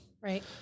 Right